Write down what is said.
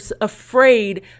afraid